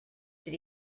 did